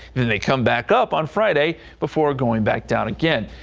they come back up on friday before going back down again.